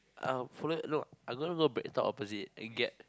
um follow you no I'm going to BreadTalk opposite and get